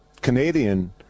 Canadian